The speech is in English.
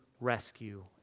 rescue